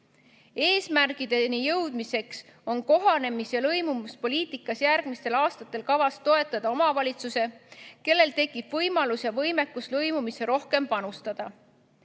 vahel. Eesmärkideni jõudmiseks on kohanemis- ja lõimumispoliitikas järgmistel aastatel kavas toetada omavalitsusi, kellel tekib võimalus ja võimekus lõimumisse rohkem panustada.